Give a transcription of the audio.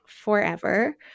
forever